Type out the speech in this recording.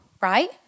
Right